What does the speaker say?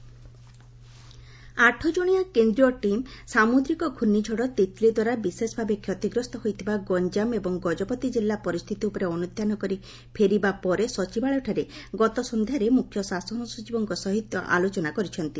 ତିତ୍ଲି ଆଲୋଚନା ଆଠ କଶିଆ କେନ୍ଦ୍ରୀୟ ଟିମ୍ ସାମୁଦ୍ରିକ ଘୁର୍ଖିଝଡ଼ ତିତ୍ଲି ଦ୍ୱାରା ବିଶେଷ ଭାବେ କ୍ଷତିଗ୍ରସ୍ତ ହୋଇଥିବା ଗଞ୍ଠାମ ଏବଂ ଗଜପତି ଜିଲ୍ଲା ପରିସ୍ଥିତି ଉପରେ ଅନୁଧ୍ଧାନ କରି ଫେରିବା ପରେ ସଚିବାଳୟଠାରେ ଗତ ସନ୍ଧ୍ୟାରେ ମୁଖ୍ଧ ଶାସନ ସଚିବଙ୍କ ସହିତ ଆଲୋଚନା କରିଛନ୍ତି